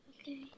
Okay